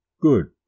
good